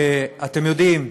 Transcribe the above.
שאתם יודעים,